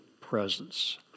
presence